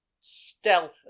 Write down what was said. Stealth